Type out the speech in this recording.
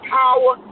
power